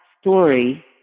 story